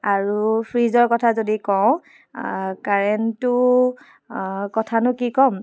আৰু ফ্ৰিজৰ কথা যদি কওঁ কাৰেণ্টটো কথানো কি ক'ম